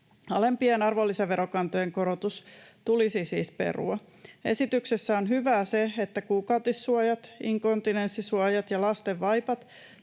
Alempien arvonlisäverokantojen korotus tulisi siis perua. Esityksessä on hyvää se, että kuukautissuojat, inkontinenssisuojat ja lastenvaipat